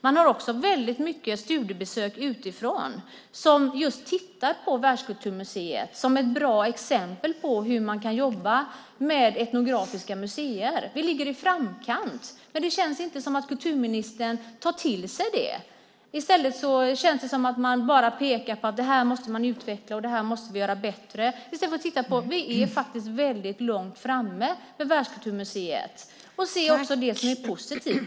Man har också väldigt mycket studiebesök utifrån som just tittar på Världskulturmuseet som ett bra exempel på hur man kan jobba med etnografiska museer. Vi ligger i framkant, men det känns inte som om kulturministern tar till sig det. Det känns som om man bara pekar på att detta måste utvecklas och göras bättre i stället för att man tittar på att vi faktiskt är väldigt långt framme när det gäller Världskulturmuseet. Man måste se också det som är positivt.